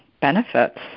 benefits